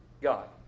God